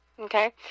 Okay